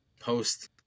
post